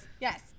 Yes